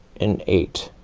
and eight,